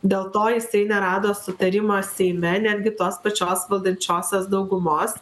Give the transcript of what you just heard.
dėl to jis nerado sutarimo seime netgi tos pačios valdančiosios daugumos